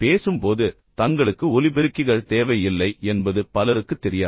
பேசும் போது தங்களுக்கு ஒலிபெருக்கிகள் தேவையில்லை என்பது பலருக்குத் தெரியாது